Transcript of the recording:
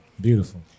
Beautiful